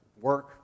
work